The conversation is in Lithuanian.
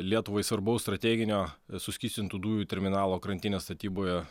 lietuvai svarbaus strateginio suskystintų dujų terminalo krantinės statyboje